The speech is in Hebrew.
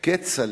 כצל'ה,